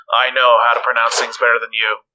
I-know-how-to-pronounce-things-better-than-you